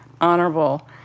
honorable